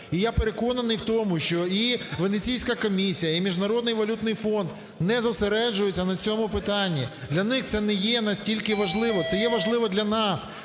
І я переконаний в тому, що і Венеціанська комісія, і Міжнародний валютний фонд не зосереджуються на цьому питанні, для них це не є настільки важливо, це є важливо для нас